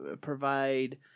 provide